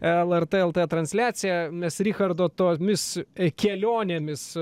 lrt lt transliaciją nes richardo tomis kelionėmis